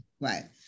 right